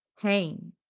pain